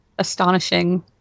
Astonishing